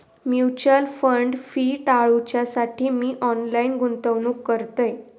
mutual fund fee टाळूच्यासाठी मी online गुंतवणूक करतय